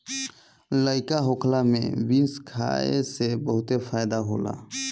लइका होखला में बीन्स खाए से बहुते फायदा होला